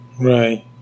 Right